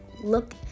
look